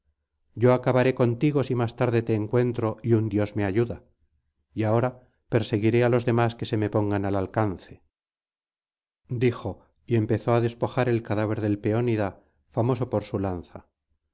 yo acabaré contigo si más tarde te encuentro y un dios me ayuda y ahora perseguiré á los demás que se me pongan al alcance dijo y empezó á despojar el cadáver del peónida famoso por su lanza